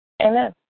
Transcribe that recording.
Amen